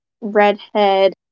redhead